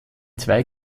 zwei